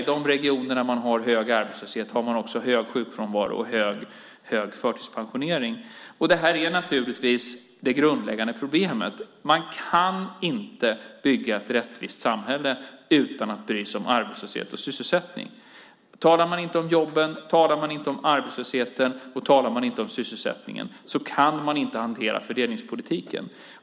I de regioner där man har hög arbetslöshet har man också hög sjukfrånvaro och hög förtidspensionering. Det är naturligtvis det grundläggande problemet. Man kan inte bygga ett rättvist samhälle utan att bry sig om arbetslöshet och sysselsättning. Talar man inte om jobben, arbetslösheten och sysselsättningen kan man inte hantera fördelningspolitiken.